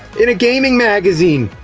in a gaming magazine!